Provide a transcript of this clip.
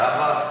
זה עבד.